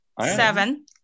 seven